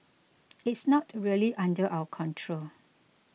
it's not really under our control